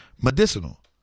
medicinal